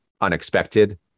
unexpected